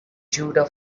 judah